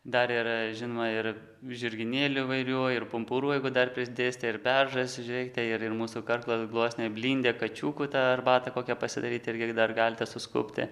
dar ir žinoma ir žirginėlių įvairių ir pumpurų jeigu dar pridėsite ir beržas žiūrėkite ir ir mūsų karklo gluosnio blindė kačiukų tą arbatą kokią pasidaryt irgi dar galite suskubti